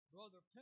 Brother